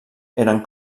eren